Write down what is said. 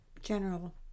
General